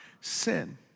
sin